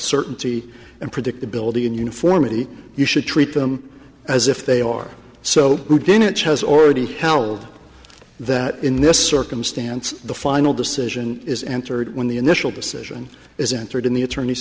certainty and predictability in uniformity you should treat them as if they are so good in it has already held that in this circumstance the final decision is entered when the initial decision is entered in the attorneys